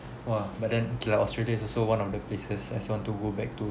!wah! but then like australia is also one of the places as want to go back to